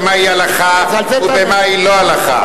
במהי הלכה ובמהי לא הלכה.